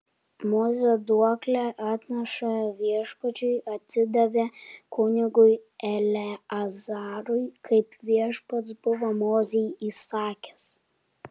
mozė duoklę atnašą viešpačiui atidavė kunigui eleazarui kaip viešpats buvo mozei įsakęs